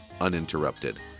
uninterrupted